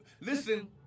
Listen